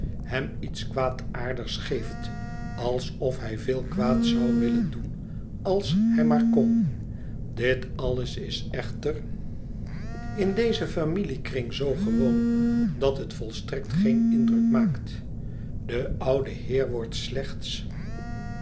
hem iets kwaadaardigs geeft alsof hij veel kwaad zou willen doen als hij maar kon dit alles is echter in dezen familiekring zoo gewoon dat het volstrekt geen indruk maakt de oude heer wordt slechts